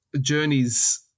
Journeys